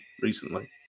recently